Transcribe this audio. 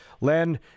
Len